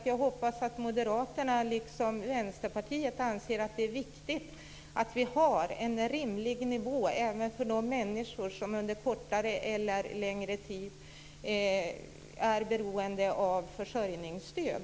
Jag hoppas att Moderaterna liksom Vänsterpartiet anser att det är viktigt att vi har en rimlig nivå även för de människor som under kortare eller längre tid är beroende av försörjningsstöd.